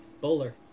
Bowler